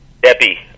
Debbie